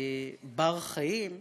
בר-חיים,